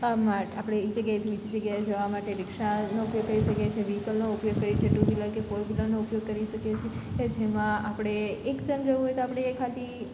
આપણે એક જગ્યાએથી બીજી જગ્યાએ જવા માટે રિક્ષાનો ઉપયોગ કરી શકીએ છે વ્હિકલનો ઉપયોગ કરી શકીએ છે જેમકે ફોર વ્હિલરનો ઉપયોગ કરી શકીએ છે જેમાં આપણે એકજણ જવું હોય તો આપણે ખાલી